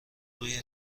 روی